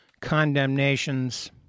condemnations